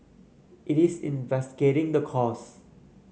it is investigating the cause